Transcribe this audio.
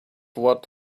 what